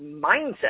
mindset